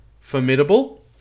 formidable